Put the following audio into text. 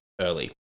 early